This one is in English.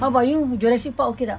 how about you jurassic park okay tak